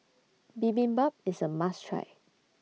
Bibimbap IS A must Try